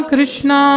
Krishna